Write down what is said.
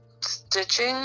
stitching